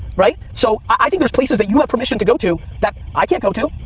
right? so, i think there's places that you have permission to go to that i can't go to.